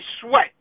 sweat